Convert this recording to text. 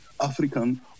African